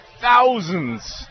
thousands